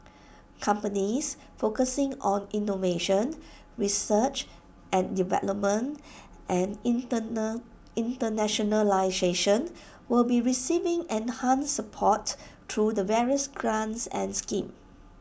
companies focusing on innovation research and development and internationalisation will be receiving enhanced support through the various grants and schemes